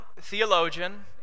theologian